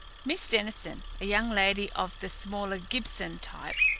miss denison, a young lady of the smaller gibson type,